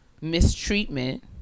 mistreatment